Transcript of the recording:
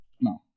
No